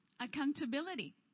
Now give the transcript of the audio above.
accountability